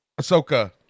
Ahsoka